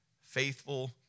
faithful